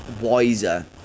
wiser